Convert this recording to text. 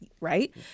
right